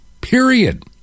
period